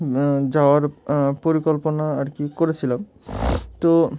যাওয়ার পরিকল্পনা আর কি করেছিলাম তো